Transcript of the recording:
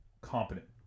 competent